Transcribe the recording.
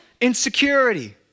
insecurity